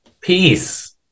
peace